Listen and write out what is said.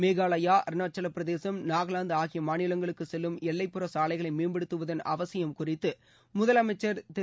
மேகாலயா அருணாச்சவப்பிரதேசம் நாகாலாந்து ஆகிய மாநிலங்களுக்கு செல்லும் எல்லைப்புற சாலைகளை மேம்படுத்துவதன் அவசியம் குறித்து முதலமைச்சர் திரு